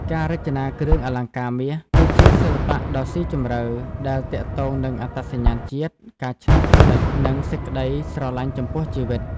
ការរចនាគ្រឿងអលង្ការមាស គឺជាសិល្បៈដ៏ស៊ីជម្រៅដែលទាក់ទងនឹងអត្តសញ្ញាណជាតិ ការច្នៃប្រឌិត និងសេចក្ដីស្រឡាញ់ចំពោះជីវិត។